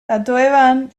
tatoeban